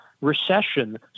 recession